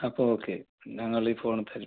അപ്പോൾ ഓക്കെ ഞങ്ങൾ ഈ ഫോണ് തരും